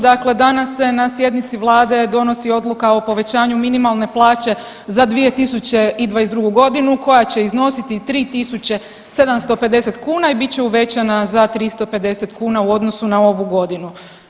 Dakle, danas se na sjednici vlade donosi odluka o povećanju minimalne plaće za 2022.g. koja će iznositi 3.750 kuna i bit će uvećana za 350 kuna u odnosu na ovu godinu.